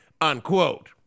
Unquote